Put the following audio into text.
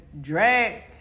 drag